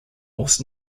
was